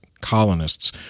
Colonists